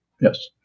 Yes